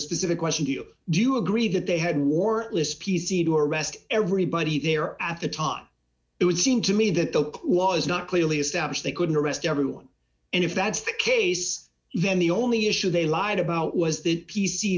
specific question do you agree that they had more lists p c to arrest everybody there at the time it would seem to me that the law is not clearly established they couldn't arrest everyone and if that's the case then the only issue they lied about was the p